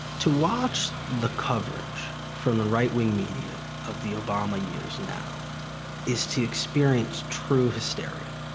to watch the coverage from the right-wing media of the obama years now is to experience true hysteria.